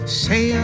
say